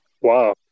Wow